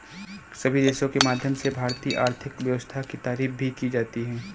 सभी देशों के माध्यम से भारतीय आर्थिक व्यवस्था की तारीफ भी की जाती है